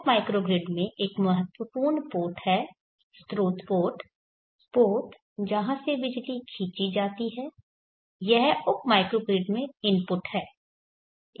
उप माइक्रोग्रिड में एक महत्वपूर्ण पोर्ट है स्रोत पोर्ट पोर्ट जहां से बिजली खींची जाती है यह उप माइक्रोग्रिड में इनपुट है